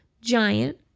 giant